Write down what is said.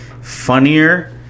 funnier